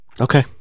Okay